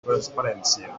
transparència